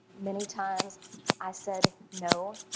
many times i said no.